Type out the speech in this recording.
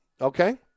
okay